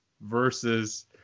versus